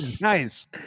Nice